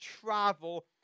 travel